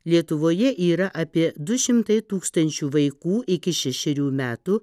lietuvoje yra apie du šimtai tūkstančių vaikų iki šešerių metų